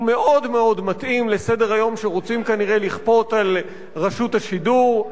הוא מאוד מאוד מתאים לסדר-היום שרוצים כנראה לכפות על רשות השידור.